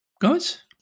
guys